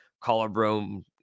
collarbone